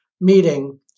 meeting